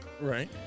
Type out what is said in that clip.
Right